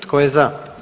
Tko je za?